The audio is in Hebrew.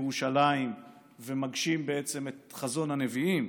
לירושלים ומגשים את חזון הנביאים,